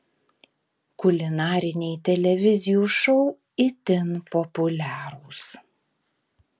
kulinariniai televizijų šou itin populiarūs